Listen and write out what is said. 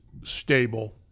stable